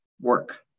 work